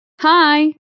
Hi